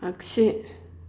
आगसि